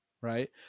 right